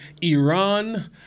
Iran